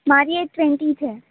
મારી age twenty છે